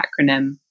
acronym